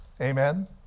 Amen